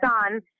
son